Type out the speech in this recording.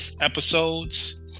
episodes